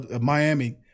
Miami